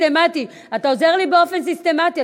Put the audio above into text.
אתה עוזר לי באופן סיסטמטי.